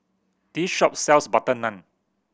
this shop sells butter naan